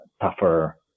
tougher